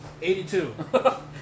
82